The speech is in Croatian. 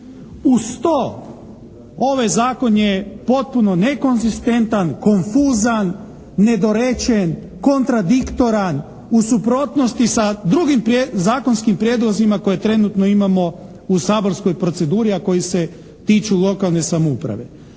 Uz to ovaj zakon je potpuno nekonzistentan, konfuzan, nedorečen, kontradiktoran, u suprotnosti sa drugim zakonskim prijedlozima koje trenutno imamo u saborskoj proceduri, a koji se tiču lokalne samouprave.